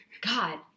god